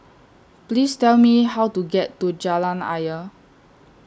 Please Tell Me How to get to Jalan Ayer